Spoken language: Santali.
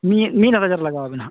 ᱢᱤᱫ ᱢᱤᱫ ᱦᱟᱡᱟᱨ ᱞᱟᱜᱟᱣ ᱟᱵᱮᱱᱟ ᱦᱟᱜ